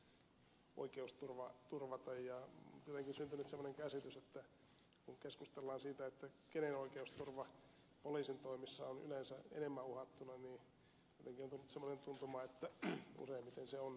on jotenkin syntynyt semmoinen käsitys että kun keskustellaan siitä kenen oikeusturva poliisin toimissa on yleensä enemmän uhattuna niin jotenkin on tullut semmoinen tuntuma että useimmiten kuitenkin sen asiakkaan